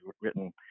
written